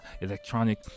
electronic